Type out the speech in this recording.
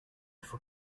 faut